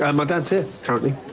um my dad's here, currently.